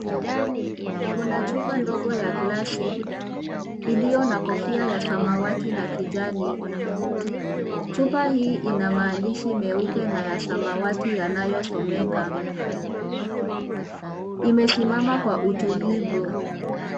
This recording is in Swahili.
Kuna chupa ndogo ya glasi iliyo na kofia ya samawati na kijani. Chupa hii ina maandisi meupe na ya samawati yanayosomeka. Imesimama kwa utulivu.